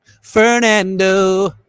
Fernando